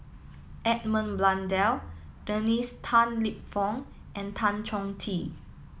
Edmund Blundell Dennis Tan Lip Fong and Tan Chong Tee